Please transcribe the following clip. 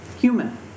human